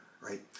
right